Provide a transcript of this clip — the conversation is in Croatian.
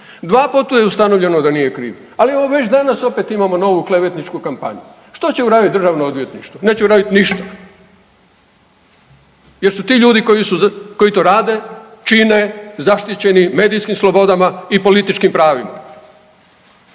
dva puta je ustanovljeno da nije kriv, ali evo već danas opet imamo novu klevetničku kampanju. Što će uraditi državno odvjetništvo? Neće uraditi ništa jer su ti ljudi koji to rade, čine zaštićeni medijskim slobodama i političkim pravima.